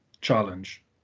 challenge